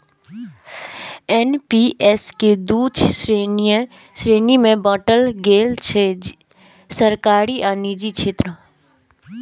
NPS कें दू श्रेणी मे बांटल गेल छै, सरकारी आ निजी क्षेत्र